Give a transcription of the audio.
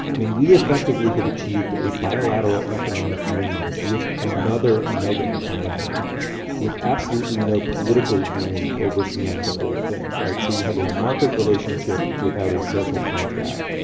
mean we effectively have achieved a bilateral economic union with another mega economy with absolutely no political union overseeing the whole thing right. so you have a market relationship without a social contract.